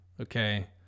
Okay